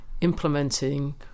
implementing